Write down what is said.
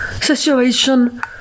situation